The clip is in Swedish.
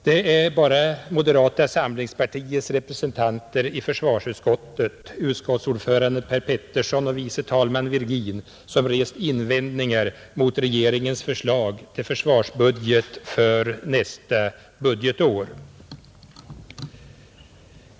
Det är bara moderata samlingspartiets representanter i försvarsutskottet, utskottsordföranden Per Petersson och vice talmannen Virgin, som rest invändningar mot regeringens förslag till försvarsbudget för nästa budgetår.